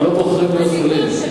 הם לא בוחרים להיות חולים.